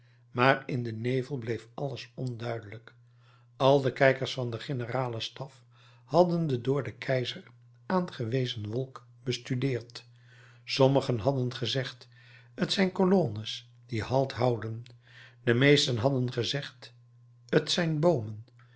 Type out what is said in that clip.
maar in den nevel bleef alles onduidelijk al de kijkers van den generalen staf hadden de door den keizer aangewezen wolk bestudeerd sommigen hadden gezegd t zijn colonnes die halt houden de meesten hadden gezegd t zijn boomen